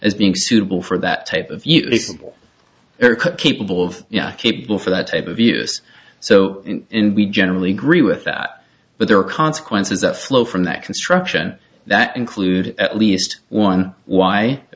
as being suitable for that type of useable capable of capable for that type of use so we generally agree with that but there are consequences that flow from that construction that include at least one why a